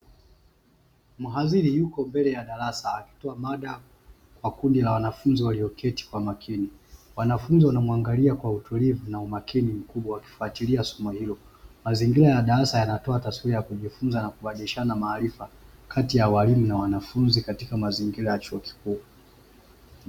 Mhadhiri yupo mbele ya darasa akitoa mada kwa kundi la wanafunzi walioketi kwa makini, wanafunzi wanamuangalia kwa utulivu na umakini mkubwa wakifatilia somo hilo, mazingira ya darasa yanayoa taswira ya kujifunza na kubadilishana maarifa kati ya walimu na wanafunzi katika mazingira ya chuo kikuu.